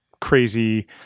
crazy